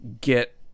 get